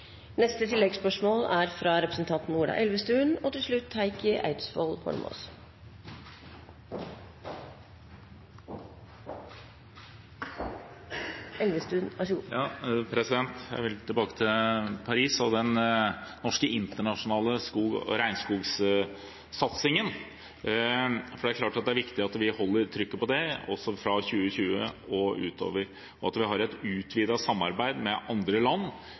Ola Elvestuen – til oppfølgingsspørsmål. Jeg vil tilbake til Paris og den norske internasjonale skog- og regnskogsatsingen, for det er klart at det er viktig at vi holder trykket på det, også fra 2020 og utover, og at vi har et utvidet samarbeid med andre land.